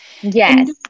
Yes